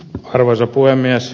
arvoisa puhemies